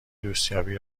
دوستیابی